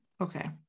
okay